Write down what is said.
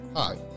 Hi